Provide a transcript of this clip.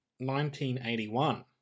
1981